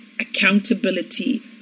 accountability